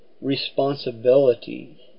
responsibility